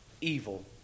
evil